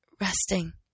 resting